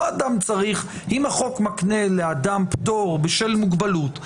אם החוק מקנה לאדם פטור בשל מוגבלות,